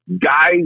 Guys